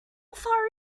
far